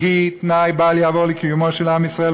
והיא תנאי בל יעבור לקיומו של עם ישראל,